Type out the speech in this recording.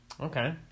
Okay